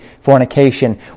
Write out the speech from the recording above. fornication